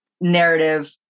narrative